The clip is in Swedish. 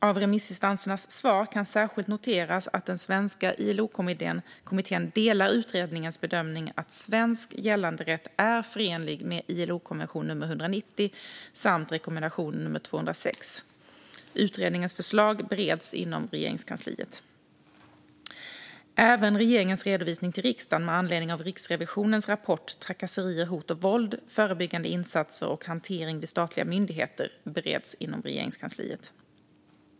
Av remissinstansernas svar kan särskilt noteras att den svenska ILO-kommittén delar utredningens bedömning att svensk gällande rätt är förenlig med ILO-konvention nummer 190 samt rekommendation nummer 206. Utredningens förslag bereds inom Regeringskansliet. Även regeringens redovisning till riksdagen med anledning av Riksrevisionens rapport Trakasserier, hot och våld - förebyggande insatser och hantering vid statliga myndigheter bereds inom Regeringskansliet.